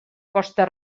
costa